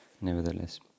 nevertheless